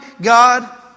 god